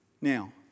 Now